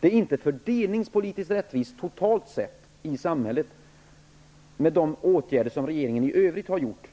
Det är inte fördelningspolitiskt rättvist i förhållande till de åtgärder som regeringen har vidtagit i övrigt i samhället.